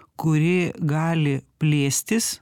kuri gali plėstis